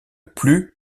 plus